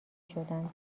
شدند